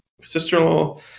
sister-in-law